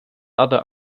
other